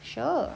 sure